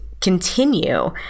continue